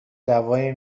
دوای